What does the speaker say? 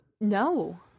No